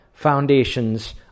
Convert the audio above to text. foundations